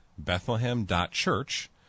bethlehem.church